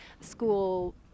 school